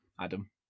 Adam